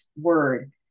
word